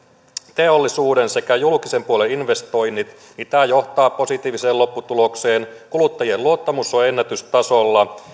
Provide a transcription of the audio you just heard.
teollisuuden että julkisen puolen investoinnit kasvavat ja tämä johtaa positiiviseen lopputulokseen kuluttajien luottamus on ennätystasolla me